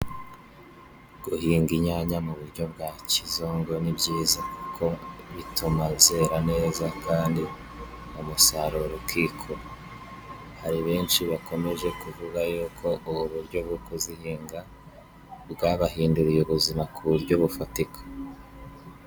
Guhinga inyanya mu buryo bwa kizungu ni byiza kuko bituma zera neza kandi umusaruro ukikuba, hari benshi bakomeje kuvuga y'uko ubu buryo bwo kuzihinga bwabahinduriye ubuzima ku buryo bufatika.